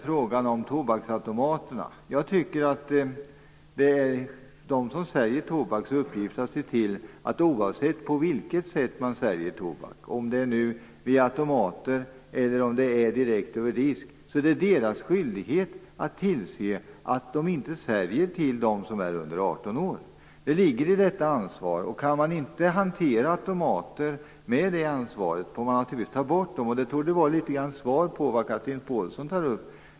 Frågan om tobaksautomaterna har tagits upp. Jag tycker att det är de som säljer tobak som har skyldighet att se till att man inte säljer till dem som är under 18 år, oavsett på vilket sätt det sker, om det är via automater eller direkt över disk. Det ligger i detta ansvar. Kan man inte hantera automater med det ansvaret får man naturligtvis ta bort dem. Det torde litet grand vara svar på det Chatrine Pålsson tog upp.